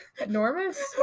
Enormous